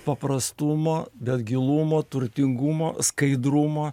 paprastumo bet gilumo turtingumo skaidrumo